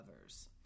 others